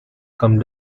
come